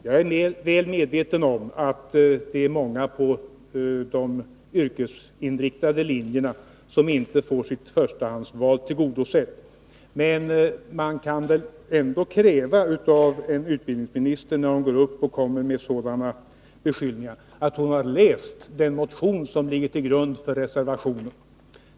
Jag är väl medveten om att det är många på de yrkesinriktade linjerna som inte får sitt förstahandsval tillgodosett. Men man kan ändå kräva av en utbildningsminister, när hon går upp och kommer med sådana här beskyllningar, att hon har läst den motion som ligger till grund för reservationen.